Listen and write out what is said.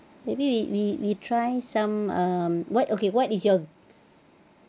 maybe we we we try some um what okay what is your